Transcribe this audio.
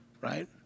right